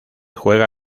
juega